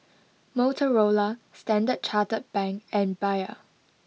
Motorola Standard Chartered Bank and Bia